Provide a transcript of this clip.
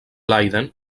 leiden